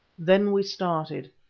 then we started.